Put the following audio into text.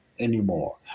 anymore